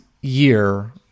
year